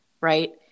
right